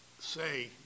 say